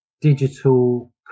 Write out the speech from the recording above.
digital